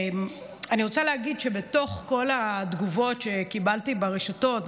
אני רוצה להגיד שבתוך כל התגובות שקיבלתי ברשתות,